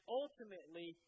ultimately